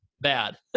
bad